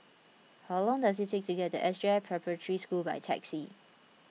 how long does it take to get to S J I Preparatory School by taxi